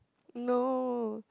no